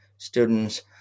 students